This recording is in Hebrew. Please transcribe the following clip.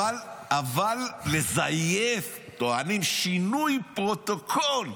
לזייף, טוענים, שינוי פרוטוקול,